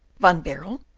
van baerle,